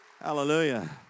Hallelujah